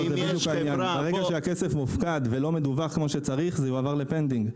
ברגע שהכסף מופקד ולא מדווח כמו שצריך זה יועבר ל-Pending.